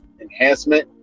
enhancement